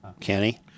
Kenny